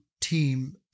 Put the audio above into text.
team